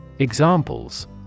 Examples